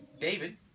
David